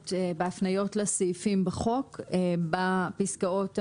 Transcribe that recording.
בהפניות לסעיפים בחוק בפסקאות המוצעות.